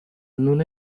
non